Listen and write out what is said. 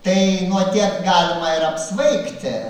tai nuo tiek galima ir apsvaigti